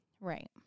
right